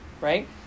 right